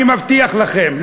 אני מבטיח לכם,